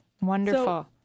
Wonderful